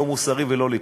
לא מוסרי ולא ליכודי.